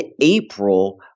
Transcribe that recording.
April